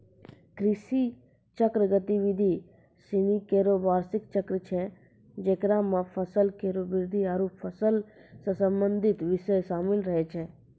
कृषि चक्र गतिविधि सिनी केरो बार्षिक चक्र छै जेकरा म फसल केरो वृद्धि आरु फसल सें संबंधित बिषय शामिल रहै छै